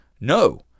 No